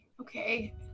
Okay